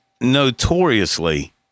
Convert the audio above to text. notoriously